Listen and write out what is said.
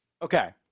Okay